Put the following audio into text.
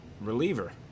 reliever